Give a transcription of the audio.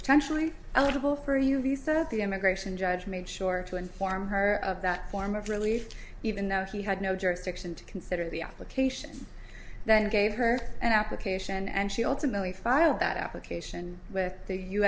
potentially eligible for you he said at the immigration judge made sure to inform her of that form of relief even though he had no jurisdiction to consider the application then gave her an application and she ultimately filed that application with the u